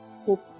hope